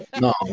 no